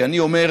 כי אני אומר,